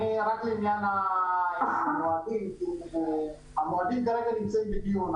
אני רק לעניין המועדים - המועדים נמצאים בדיון.